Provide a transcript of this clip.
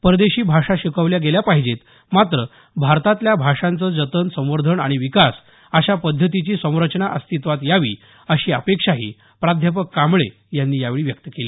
परदेशी भाषा शिकवल्या गेल्या पाहिजेतच मात्र भारतातल्या भाषांचं जतन संवर्धन आणि विकास अशा पद्धतीची संरचना अस्तिवात यावी अशी अपेक्षाही प्राध्यापक कांबळे यांनी यावेळी व्यक्त केली